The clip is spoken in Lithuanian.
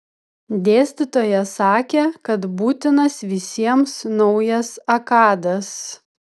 dėstytojas sakė kad būtinas visiems naujas akadas